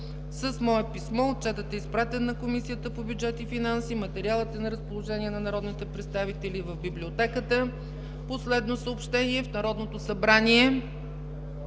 С мое писмо отчетът е изпратен на Комисията по бюджет и финанси. Материалът е на разположение на народните представители в Библиотеката. В Народното събрание